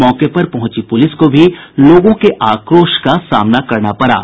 मौके पर पहुंची पुलिस को भी लोगों के आक्रोश का सामना करना पड़ा